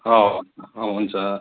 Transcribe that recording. हवस् ह हुन्छ